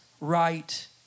right